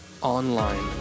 online